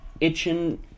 itching